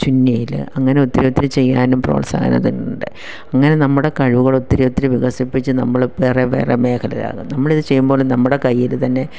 ചുന്നിയിൽ അങ്ങനെ ഒത്തിരി ഒത്തിരി ചെയ്യാനും പ്രോത്സാഹനം തരുന്നുണ്ട് അങ്ങനെ നമ്മുടെ കഴിവുകൾ ഒത്തിരി ഒത്തിരി വികസിപ്പിച്ചു നമ്മൾ വേറെ വേറെ മേഘലയാണ് നമ്മളിതു ചെയ്യുമ്പോഴും നമ്മുടെ കയ്യിൽ തന്നെ